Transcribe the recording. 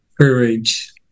courage